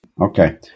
Okay